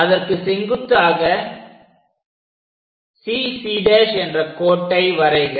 அதற்கு செங்குத்தாக CC' என்ற கோட்டை வரைக